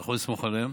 אתה יכול לסמוך עליהם.